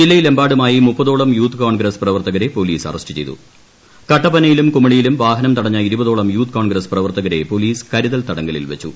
ജില്ലയിലെമ്പാടുമായി മുപ്പത്യോളിൽ Youth Congress പ്രവർത്തകരെ police arrest ചെയ്തുക്ട്ടപ്പനയിലും കുമളിയിലും വാഹനം തടഞ്ഞ ഇരുപതോളം യൂത്ത് കോൺഗ്രസ് പ്രവർത്തകരെ പോലീസ് കരുതൽ തടങ്കലിൽ വെച്ചു